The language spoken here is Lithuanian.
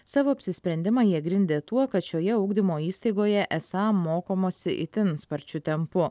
savo apsisprendimą jie grindė tuo kad šioje ugdymo įstaigoje esą mokomasi itin sparčiu tempu